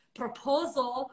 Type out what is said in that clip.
proposal